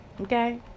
Okay